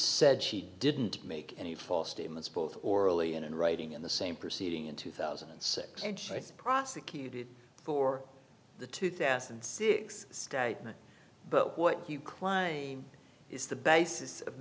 said she didn't make any false statements both orally and in writing in the same proceeding in two thousand and six and prosecuted for the two thousand and six statement but what you claim is the basis of